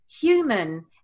human